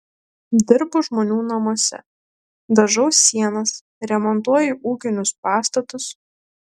dirbu žmonių namuose dažau sienas remontuoju ūkinius pastatus